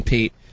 Pete